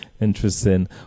interesting